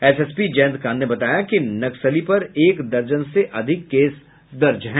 SSP Jayantkant ने बताया कि नक्सली पर एक दर्जन से अधिक केस दर्ज है